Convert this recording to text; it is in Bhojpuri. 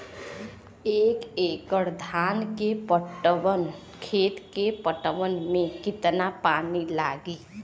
एक एकड़ धान के खेत के पटवन मे कितना पानी लागि?